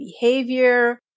behavior